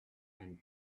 and